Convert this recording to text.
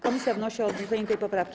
Komisja wnosi o odrzucenie tej poprawki.